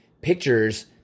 pictures